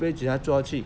被警察抓去